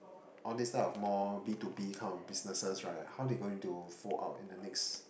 all these types of more B-to-B kind of businesses right how they going to fold out in the next